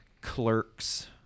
clerks